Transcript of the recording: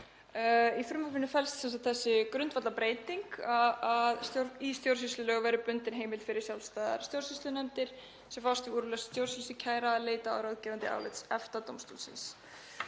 Í frumvarpinu felst sem sagt þessi grundvallarbreyting að í stjórnsýslulög verði bundin heimild fyrir sjálfstæðar stjórnsýslunefndir sem fást við úrlausn stjórnsýslukæra að leita ráðgefandi álits EFTA-dómstólsins.